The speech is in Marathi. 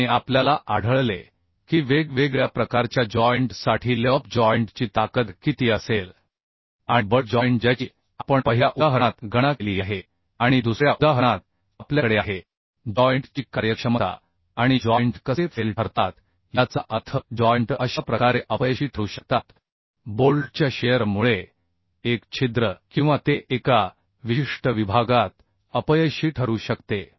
आणि आपल्याला आढळले की वेगवेगळ्या प्रकारच्या जॉइंट साठी ल्यॉप जॉइंट ची ताकद किती असेल आणि बट जॉइंट ज्याची आपण पहिल्या उदाहरणात गणना केली आहे आणि दुसऱ्या उदाहरणात आपल्याकडे आहे जॉइंट ची कार्यक्षमता आणि जॉइंट कसे फेल ठरतात याचा अर्थ जॉइंट अशा प्रकारे अपयशी ठरू शकतात बोल्टच्या शिअर मुळे एक छिद्र किंवा ते एका विशिष्ट विभागात अपयशी ठरू शकते